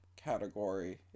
category